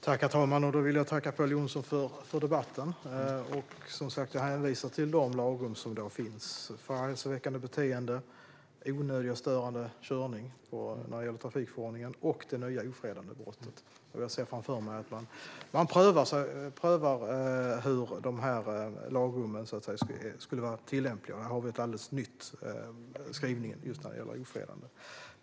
Herr talman! Jag vill tacka Pål Jonson för debatten och, som sagt, hänvisa till de lagrum som finns: förargelseväckande beteende, onödig och störande körning när det gäller trafikförordningen och det nya ofredandebrottet. Jag ser framför mig att man prövar hur lagrummen kan vara tillämpliga, och vi har ju som sagt en alldeles ny skrivning när det gäller ofredande.